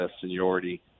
seniority